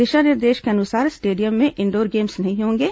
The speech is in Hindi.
दिशा निर्देश के अनुसार स्टेडियम में इंडोर गेम्स नहीं होंगे